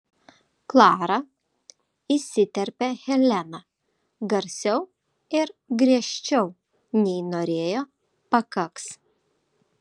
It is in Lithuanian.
klara įsiterpia helena garsiau ir griežčiau nei norėjo pakaks